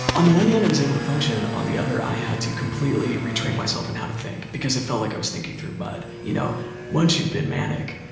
on the one hand i was able to function on the other i had to completely retrain myself in how to think because it felt like i was thinking through mud. you know once you've been manic,